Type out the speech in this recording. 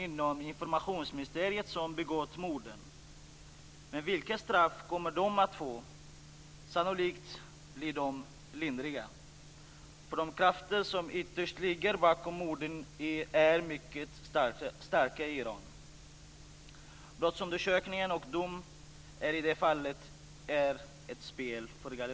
Mellbourn säger också att alla som han träffat säger att man i Kina är beredd att tala om mänskliga rättigheter, men man understryker - som väntat - att de ekonomiska förutsättningarna är annorlunda i Kina och att den ekonomiska utvecklingen måste komma först.